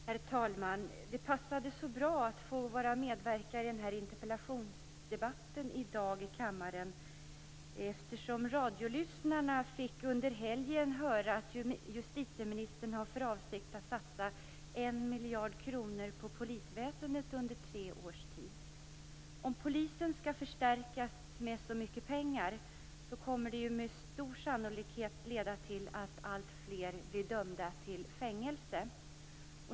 Herr talman! Det passade så bra att medverka i denna interpellationsdebatt i dag i kammaren, eftersom radiolyssnarna under helgen fick höra att justitieministern har för avsikt att satsa 1 miljard kronor på polisväsendet under tre års tid. Om polisen skall förstärkas med så mycket pengar kommer det med stor sannolikhet att leda till att alltfler blir dömda till fängelse.